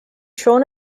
schon